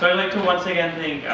like to once again